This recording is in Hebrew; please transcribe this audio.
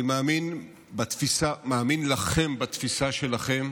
אני מאמין לכם בתפיסה שלכם